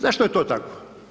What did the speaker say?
Zašto je to tako?